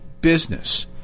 business